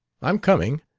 i'm coming.